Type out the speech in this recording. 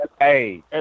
hey